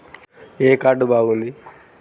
ఏ card బాగుంది?